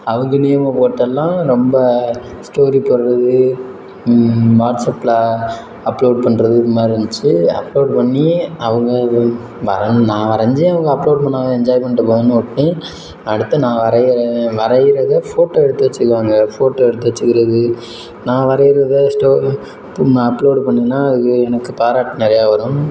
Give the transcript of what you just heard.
அவங்க நேமை போட்டெல்லாம் ரொம்ப ஸ்டோரி போடுகிறது வாட்ஸாப்பில் அப்லோட் பண்ணுறது இது மாதிரி இருந்துச்சு அப்லோட் பண்ணி அவங்க வரைஞ்சு நான் வரைஞ்சேன் அவங்க அப்லோட் பண்ணிணாங்க என்ஜாய் பண்ணிட்டு போங்கன்னு விட்டேன் அடுத்து நான் வரைகிற வரைகிறத ஃபோட்டோ எடுத்து வைச்சுக்குவாங்க ஃபோட்டோ எடுத்து வைச்சுக்குறது நான் வரைகிறத ஸ்டோ அப்லோட் பண்ணிங்கன்னால் அதுக்கு எனக்கு பாராட்டு நிறையா வரும்